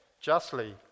justly